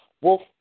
wolf